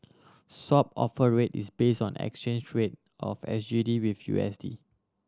Swap Offer Rate is base on exchange rate of S G D with U S D